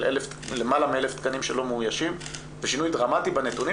של למעלה מאלף תקנים שלא מאוישים ושינוי דרמטי בנתונים